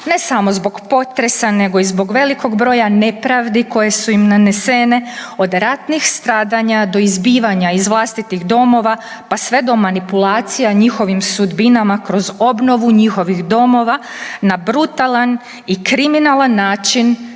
ne samo zbog potresa, nego i zbog velikog broja nepravdi koje su im nanesene od ratnih stradanja do izbivanja iz vlastitih domova, pa sve do manipulacija njihovim sudbinama kroz obnovu njihovih domova na brutalan i kriminalan način